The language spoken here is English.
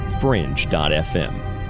fringe.fm